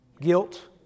guilt